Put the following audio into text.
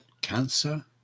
cancer